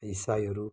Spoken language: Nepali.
इसाइहरू